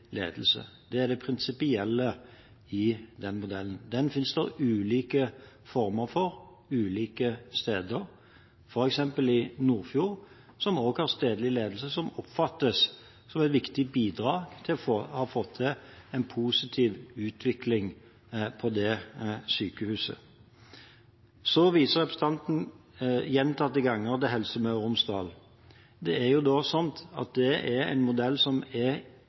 Det er det prinsipielle i den modellen. Den finnes det ulike former for ulike steder, f.eks. i Nordfjord, som også har stedlig ledelse, noe som oppfattes som et viktig bidrag til en positiv utvikling på det sykehuset. Så viser representanten gjentatte ganger til Helse Møre og Romsdal. Det er jo slik at det er en modell som ikke er